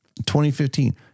2015